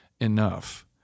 enough